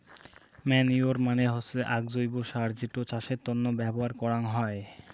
manure মানে হসে আক জৈব্য সার যেটো চাষের তন্ন ব্যবহার করাঙ হই